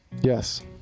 Yes